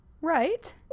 Right